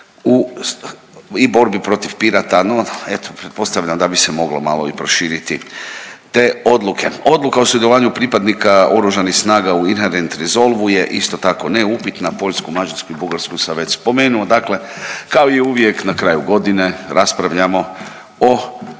i borbi protiv pirata no eto pretpostavljam da bi se moglo malo i proširiti te odluke. Odluka o sudjelovanju pripadnika oružanih snaga u Inharent Resolvu je istu tako neupitna, Poljsku, Mađarsku i Bugarsku sam već spomenuo dakle kao i uvijek na kraju godine raspravljamo o